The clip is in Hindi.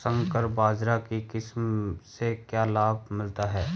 संकर बाजरा की किस्म से क्या लाभ मिलता है?